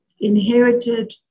inherited